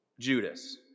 Judas